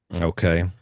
Okay